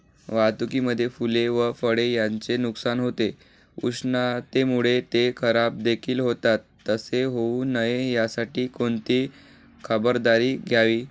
वाहतुकीमध्ये फूले व फळे यांचे नुकसान होते, उष्णतेमुळे ते खराबदेखील होतात तसे होऊ नये यासाठी कोणती खबरदारी घ्यावी?